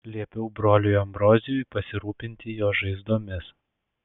liepiau broliui ambrozijui pasirūpinti jo žaizdomis